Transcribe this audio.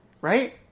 right